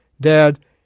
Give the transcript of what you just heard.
Dad